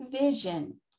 vision